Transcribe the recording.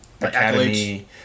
Academy